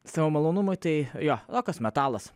savo malonumui tai jo rokas metalas